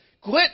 Quit